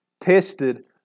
tested